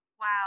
Wow